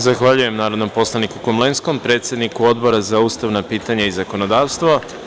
Zahvaljujem narodnom poslaniku Komlenskom, predsedniku Odbora za ustavna pitanja i zakonodavstvo.